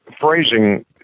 Phrasing